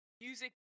music